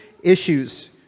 issues